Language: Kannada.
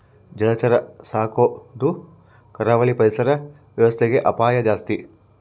ಜಲಚರ ಸಾಕೊದು ಕರಾವಳಿ ಪರಿಸರ ವ್ಯವಸ್ಥೆಗೆ ಅಪಾಯ ಜಾಸ್ತಿ